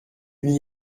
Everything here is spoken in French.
n’y